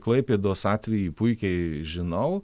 klaipėdos atvejį puikiai žinau